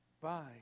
bye